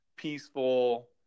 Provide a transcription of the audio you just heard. Peaceful